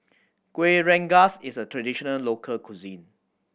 Kueh Rengas is a traditional local cuisine